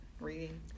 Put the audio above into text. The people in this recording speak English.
reading